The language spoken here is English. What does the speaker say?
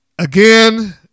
Again